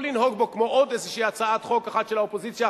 לא לנהוג בו כמו עוד איזו הצעת חוק אחת של האופוזיציה,